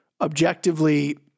objectively